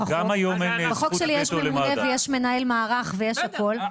מנהל מערך ויש הכל,